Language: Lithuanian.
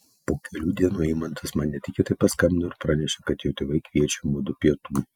po kelių dienų eimantas man netikėtai paskambino ir pranešė kad jo tėvai kviečia mudu pietų